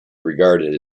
regarded